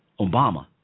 Obama